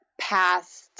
past